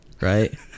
right